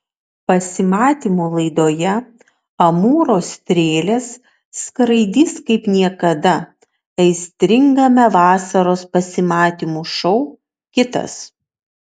pasimatymų laidoje amūro strėlės skraidys kaip niekada aistringame vasaros pasimatymų šou kitas